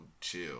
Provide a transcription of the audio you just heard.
chill